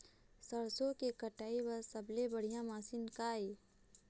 सरसों के कटाई बर सबले बढ़िया मशीन का ये?